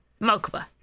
Mokuba